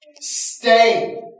stay